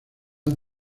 han